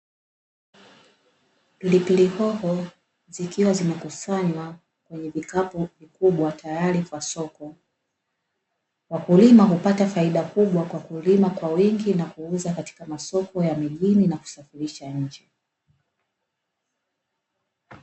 Pilipili hoho zikiwa zimekusanywa kwenye kikapu kikubwa tayari kwa soko, wakulima hupata faida kubwa kwa kulima kwa wingi na kuuza katika masoko ya mjini, na kusafirisha nje.